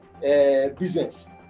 business